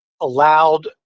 allowed